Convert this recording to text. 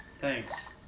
Thanks